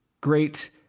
great